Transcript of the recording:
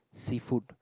seafood